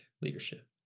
leadership